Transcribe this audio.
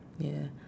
ya